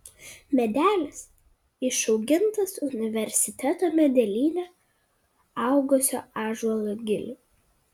medelis išaugintas universiteto medelyne augusio ąžuolo gilių